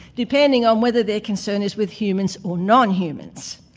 depending on whether their concern is with humans or non-humans.